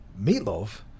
Meatloaf